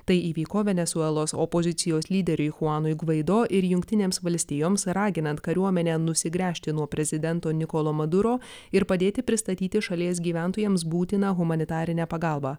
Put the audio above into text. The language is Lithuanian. tai įvyko venesuelos opozicijos lyderiui chuanui gvaido ir jungtinėms valstijoms raginant kariuomenę nusigręžti nuo prezidento nikolo maduro ir padėti pristatyti šalies gyventojams būtiną humanitarinę pagalbą